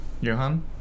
Johan